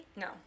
No